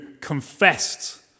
confessed